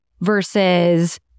versus